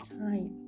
time